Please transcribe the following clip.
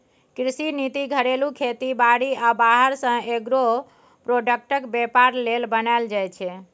कृषि नीति घरेलू खेती बारी आ बाहर सँ एग्रो प्रोडक्टक बेपार लेल बनाएल जाइ छै